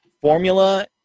formula